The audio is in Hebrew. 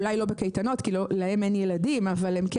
אולי לא בקייטנות כי להם אין ילדים אבל הם כן